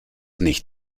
nicht